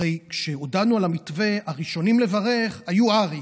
הרי כשהודענו על המתווה הראשונים לברך היו הר"י,